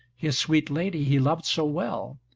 his sweet lady he loved so well,